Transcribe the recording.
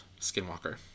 Skinwalker